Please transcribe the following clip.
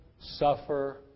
suffer